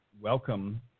welcome